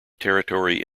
territory